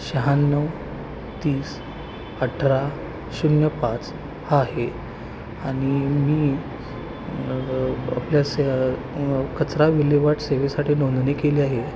शहाण्णव तीस अठरा शून्य पाच हा आहे आणि मी आपल्या स कचरा विल्हेवाट सेवेसाठी नोंदणी केली आहे